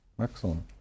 Excellent